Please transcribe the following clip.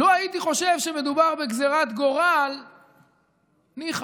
לו הייתי חושב שמדובר בגזרת גורל, ניחא.